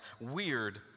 Weird